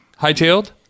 hightailed